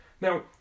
Now